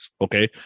Okay